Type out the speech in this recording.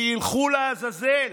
שילכו לעזאזל,